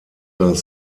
das